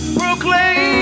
proclaim